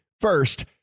first